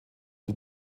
die